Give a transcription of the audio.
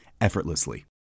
effortlessly